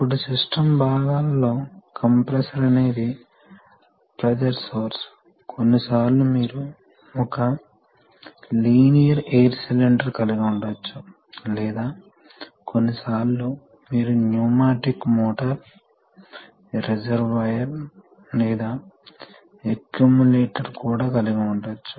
కాబట్టి స్పష్టంగా మీరు అధిక పవర్ వెయిట్ నిష్పత్తి కోసం హైడ్రాలిక్స్ ఉపయోగిస్తున్నారు కొన్నిసార్లు మీరు పవర్ వెయిట్ నిష్పత్తిని మెరుగుపరచవచ్చు మరియు హైడ్రాలిక్స్ యొక్క బహుళ దశలను ఉపయోగించి చాలా ఎక్కువ లోడ్లను డ్రైవ్ చేయవచ్చు